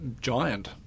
giant